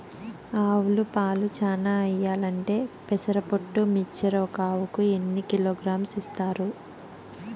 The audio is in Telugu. ఆవులు పాలు చానా ఇయ్యాలంటే పెసర పొట్టు మిక్చర్ ఒక ఆవుకు ఎన్ని కిలోగ్రామ్స్ ఇస్తారు?